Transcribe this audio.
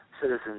citizens